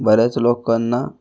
बऱ्याच लोकांना